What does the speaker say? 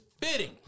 fitting